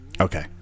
Okay